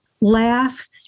laugh